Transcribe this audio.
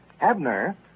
Abner